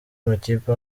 amakipe